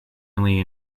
only